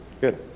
good